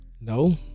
No